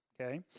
Okay